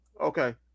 okay